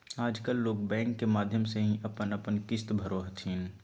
आजकल लोग बैंक के माध्यम से ही अपन अपन किश्त भरो हथिन